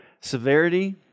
Severity